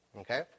Okay